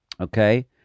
Okay